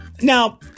Now